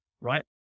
Right